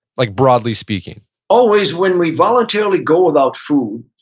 like broadly speaking always when we voluntarily go without food,